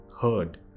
heard